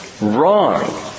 wrong